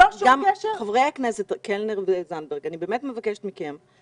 חברי הכנסת קלנר וזנדברג, אני באמת מבקשת מכם,